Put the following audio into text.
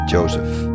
Joseph